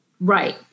Right